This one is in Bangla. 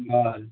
বল